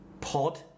pod